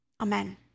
Amen